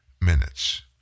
minutes